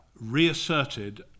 reasserted